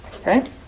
Okay